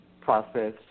Process